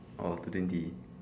orh two twenty